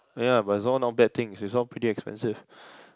ya but it's all not bad things it's all pretty expensive